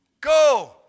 Go